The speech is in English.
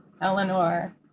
Eleanor